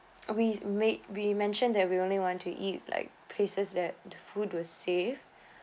we've made we mentioned that we only want to eat like places that the food was safe